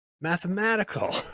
mathematical